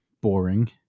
boring